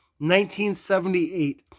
1978